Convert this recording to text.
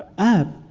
app.